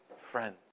friends